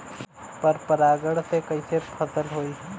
पर परागण से कईसे फसल होई?